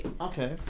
Okay